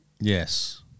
Yes